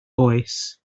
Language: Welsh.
oes